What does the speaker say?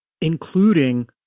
including